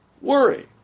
worry